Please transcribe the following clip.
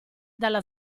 dalla